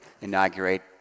inaugurate